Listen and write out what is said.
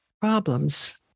problems